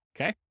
Okay